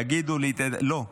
יגידו לי, לא,